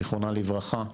זיכרונה לברכה,